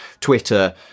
Twitter